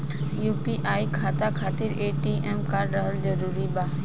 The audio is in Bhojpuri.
यू.पी.आई खाता खातिर ए.टी.एम कार्ड रहल जरूरी बा?